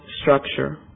structure